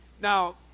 Now